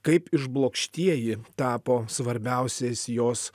kaip išblokštiieji tapo svarbiausiais jos